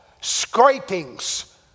scrapings